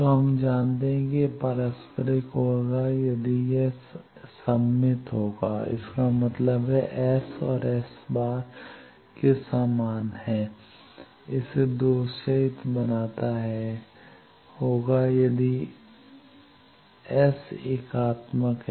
तो हम जानते हैं कि यह पारस्परिक होगा यदि यह एस सममित होगा इसका मतलब है कि S S' के समान है और इसे दोषरहित बनाता है होगा यदि S एकात्मक है